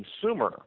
consumer